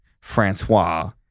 Francois